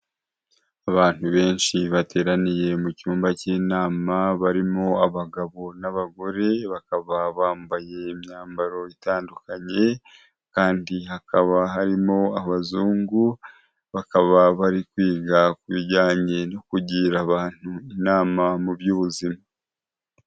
Abantu benshi bateraniye mu cyumba cy'inama, barimo abagabo n'abagore bakaba bambaye imyambaro itandukanye, kandi hakaba harimo abazungu bakaba bari kwiga ku bijyanye no kugira abantu inama mu byo ubuzima.